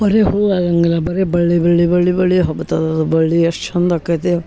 ಬರೇ ಹೂ ಆಗಂಗಿಲ್ಲ ಬರೇ ಬಳ್ಳಿ ಬಳ್ಳಿ ಬಳ್ಳಿ ಬಳ್ಳಿ ಹಬ್ಬುತ್ತದೆ ಅದು ಬಳ್ಳಿ ಎಷ್ಟು ಚಂದ ಆಕೈತೆ